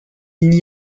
n’y